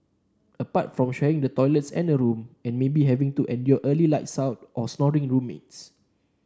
apart from sharing the toilet and a room and maybe having to endure early lights out or snoring roommates